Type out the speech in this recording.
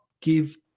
give